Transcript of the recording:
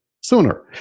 sooner